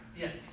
Yes